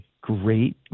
great